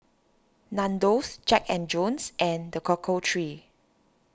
Nandos Jack and Jones and the Cocoa Trees